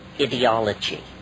ideology